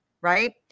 Right